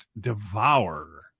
devour